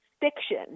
fiction